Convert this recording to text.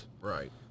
Right